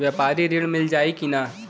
व्यापारी ऋण मिल जाई कि ना?